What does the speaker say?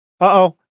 Uh-oh